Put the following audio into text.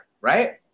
right